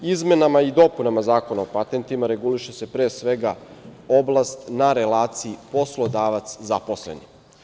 Izmenama i dopunama Zakona o patentima reguliše se pre svega oblast na relaciji poslodavac-zaposleni.